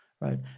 right